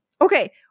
Okay